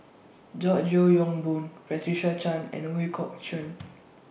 George Yeo Yong Boon Patricia Chan and Ooi Kok Chuen